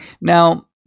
Now